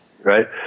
Right